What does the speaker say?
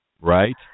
Right